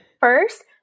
first